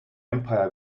empire